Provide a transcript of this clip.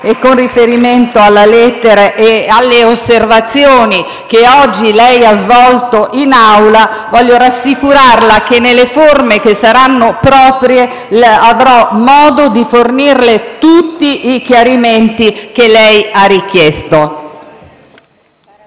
con riferimento a tale lettera e alle osservazioni che oggi ha svolto in Aula, voglio rassicurarla che, nelle forme che saranno proprie, avrò modo di fornirle tutti i chiarimenti che lei ha richiesto.